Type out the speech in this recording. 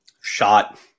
Shot